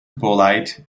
polite